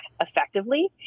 effectively